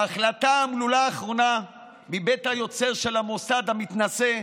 ההחלטה האומללה האחרונה מבית היוצר של המוסד המתנשא,